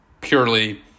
purely